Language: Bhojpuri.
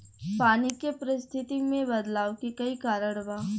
पानी के परिस्थिति में बदलाव के कई कारण बा